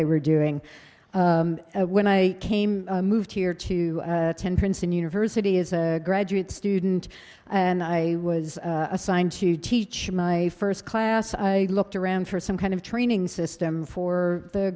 they were doing when i came moved here to ten princeton university is a graduate student and i was assigned to teach my first class i looked around for some kind of training system for the